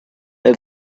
have